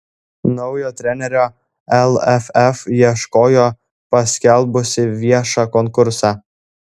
naujo trenerio lff ieškojo paskelbusi viešą konkursą